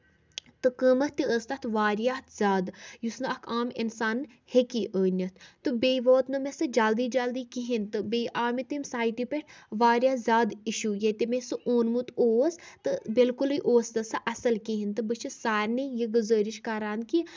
تہٕ قۭمتھ تہِ ٲس تَتھ واریاہ زیادٕ یُس نہٕ اکھ عام اِنسان ہیٚکِی أنِتھ تہٕ بیٚیہِ ووت نہٕ مےٚ سُہ جلدی جلدی کِہینۍ تہٕ بیٚیہِ آو مےٚ تِم سایٹہِ پٮ۪ٹھ واریاہ زیادٕ اِشوٗ ییٚتہِ مےٚ سُہ اونمُت اوس تہٕ بِالکُلٕے اوس نہٕ سُہ اَصٕل کِہینۍ تہٕ بہٕ چھَس سارنہِ یہِ گُزٲرِش کران کہِ